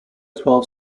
twelve